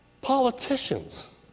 politicians